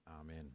Amen